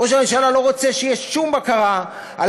ראש הממשלה לא רוצה שתהיה שום בקרה על